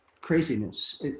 craziness